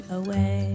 away